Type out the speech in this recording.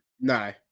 no